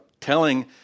telling